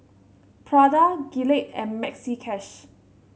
Prada Gillette and Maxi Cash